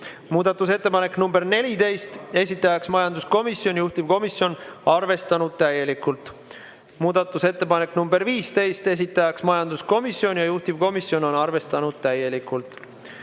Muudatusettepanek nr 14, esitaja majanduskomisjon, juhtivkomisjon arvestanud täielikult. Muudatusettepanek nr 15, esitaja majanduskomisjon ja juhtivkomisjon on arvestanud täielikult.